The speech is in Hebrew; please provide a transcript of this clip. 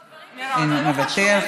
מוותר.